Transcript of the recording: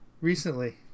Recently